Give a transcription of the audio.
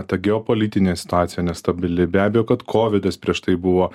ta geopolitinė situacija nestabili be abejo kad kovidas prieš tai buvo